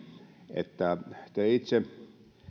että te itse